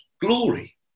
glory